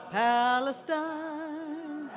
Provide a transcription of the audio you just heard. palestine